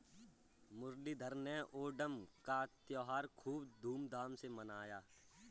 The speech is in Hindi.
मुरलीधर ने ओणम का त्योहार खूब धूमधाम से मनाया